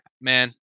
man